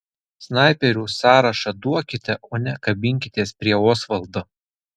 snaiperių sąrašą duokite o ne kabinkitės prie osvaldo